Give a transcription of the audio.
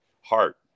heart